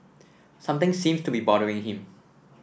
something seems to be bothering him